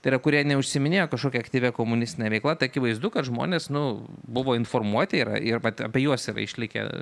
tai yra kurie neužsiiminėjo kažkokia aktyvia komunistine veikla tai akivaizdu kad žmonės nu buvo informuoti yra ir vat apie juos yra išlikę